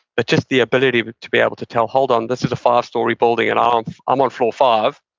but just the ability but to be able to tell, hold on, this is a five story building and i'm um um on floor five,